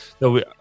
No